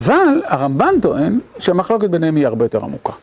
אבל, הרמב"ן טוען, שהמחלוקת ביניהם היא הרבה יותר עמוקה.